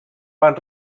van